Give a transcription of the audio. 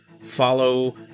follow